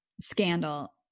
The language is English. Scandal